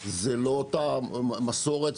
זו לא אותה מסורת,